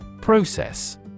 Process